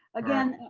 again,